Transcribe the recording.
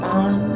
on